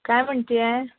काय म्हणते आहे